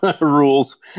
rules